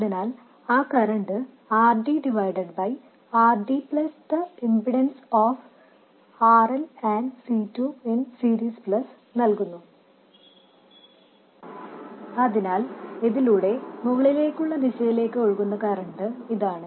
അതിനാൽ ആ current RD divided by RD plus impedance of RL and സീരീസിലെ C2 plus നല്കുന്നു അതിനാൽ ഇതിലൂടെ മുകളിലേക്കുള്ള ദിശയിലേക്ക് ഒഴുകുന്ന കറന്റ് അതാണ്